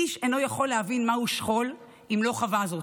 איש אינו יכול להבין מהו שכול אם לא חווה זאת.